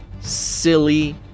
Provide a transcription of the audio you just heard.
silly